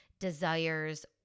Desires